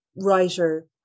writer